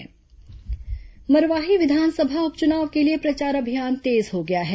मरवाही उपचुनाव प्रचार मरवाही विधानसभा उपचुनाव के लिए प्रचार अभियान तेज हो गया है